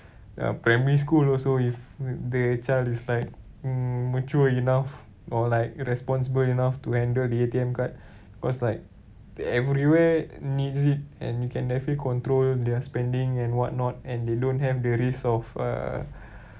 uh primary school also if the child is like mature enough or like responsible enough to handle the A_T_M card because like everywhere needs it and you can definitely control their spending and what not and they don't have the risk of uh